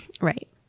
Right